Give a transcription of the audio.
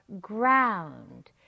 ground